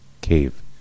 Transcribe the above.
cave